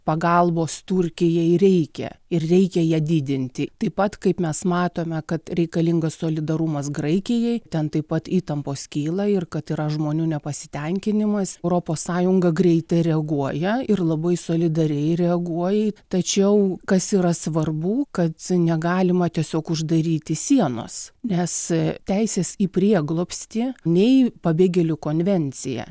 pagalbos turkijai reikia ir reikia ją didinti taip pat kaip mes matome kad reikalingas solidarumas graikijai ten taip pat įtampos kyla ir kad yra žmonių nepasitenkinimas europos sąjunga greitai reaguoja ir labai solidariai reaguoja į tačiau kas yra svarbu kad negalima tiesiog uždaryti sienos nes teisės į prieglobstį nei pabėgėlių konvencija